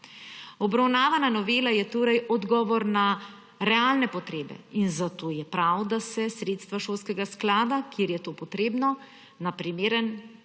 Obravnavana novela je torej odgovor na realne potrebe in zato je prav, da se sredstva šolskega sklada, kjer je to potrebno, na primer